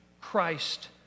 Christ